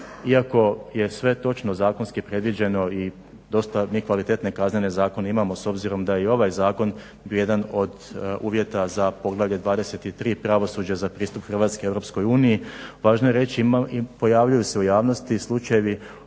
iako je sve točno zakonski predviđeno i dosta mi kvalitetne kaznene zakone imamo s obzirom da je i ovaj zakon bio jedan od uvjeta za Poglavlje 23. – Pravosuđe za pristup Hrvatske EU, važno je reći pojavljuju se u javnosti slučajevi